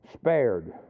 spared